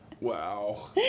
Wow